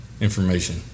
information